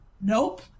nope